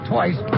Twice